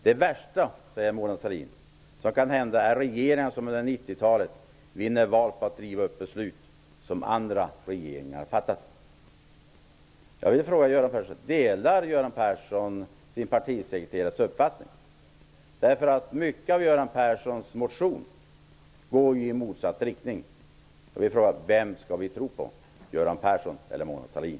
Hon sade att det värsta som kan hända under 90 talet är regeringar som vinner val på att riva upp beslut som andra regeringar har fattat. Delar Göran Persson sin partisekreterares uppfattning? Mycket i Göran Perssons motion går i motsatt riktning. Vem skall vi tro på -- Göran Persson eller Mona Sahlin?